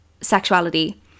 sexuality